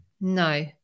No